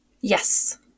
Yes